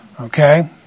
Okay